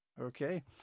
Okay